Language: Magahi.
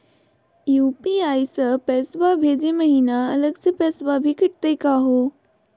यू.पी.आई स पैसवा भेजै महिना अलग स पैसवा भी कटतही का हो?